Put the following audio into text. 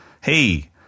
hey